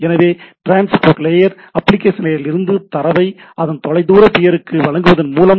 எனவே transport layer application லேயரில் இருந்து தரவை அதன் தொலைதூர பியருக்கு வழங்குவதன் மூலம்